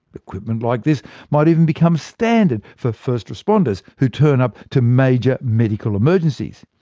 equipment like this might even become standard for first responders who turn up to major medical emergencies.